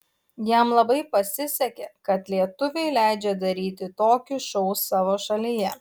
jam labai pasisekė kad lietuviai leidžia daryti tokį šou savo šalyje